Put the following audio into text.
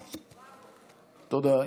תודה.